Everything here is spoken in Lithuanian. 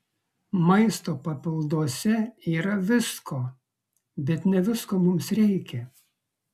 maisto papilduose yra visko bet ne visko mums reikia